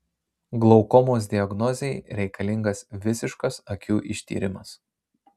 glaukomos diagnozei reikalingas visiškas akių ištyrimas